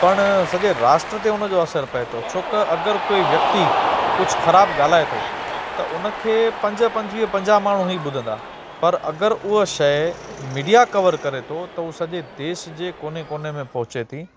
पण सॼे राष्ट्र ते उनजो असर पए थो छो क अगरि कोई व्यक्ति कुझु ख़राब ॻाल्हाए थो त उनखे पंज पंजवीह पंजाह माण्हू ई ॿुधंदा पर अगरि हूअ शइ मीडिया कवर करे थो त हूअ सॼे देश जे कोने कोने में पहुंचे थी